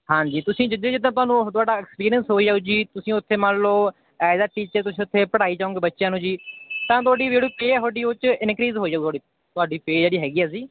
ਹਾਂਜੀ ਤੁਸੀਂ ਜਿੱਦੇ ਜਿੱਦਾਂ ਤੁਹਾਨੂੰ ਉਹ ਤੁਹਾਡਾ ਐਕਸਪੀਰੀਅੰਸ ਹੋਈ ਜਾਊ ਜੀ ਤੁਸੀਂ ਉੱਥੇ ਮੰਨ ਲਓ ਐਜ਼ ਆ ਟੀਚਰ ਤੁਸੀਂ ਉੱਥੇ ਪੜ੍ਹਾਈ ਜਾਓਗੇ ਬੱਚਿਆਂ ਨੂੰ ਜੀ ਤਾਂ ਤੁਹਾਡੀ ਜਿਹੜੀ ਪੇਅ ਤੁਹਾਡੀ ਉਹ 'ਚ ਇਨਕਰੀਜ਼ ਹੋਜੂ ਥੋੜ੍ਹੀ ਤੁਹਾਡੀ ਪੇਅ ਜਿਹੜੀ ਹੈਗੀ ਆ ਜੀ